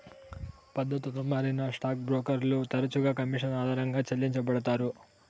పద్దతులు మారినా స్టాక్ బ్రోకర్లు తరచుగా కమిషన్ ఆధారంగా చెల్లించబడతారు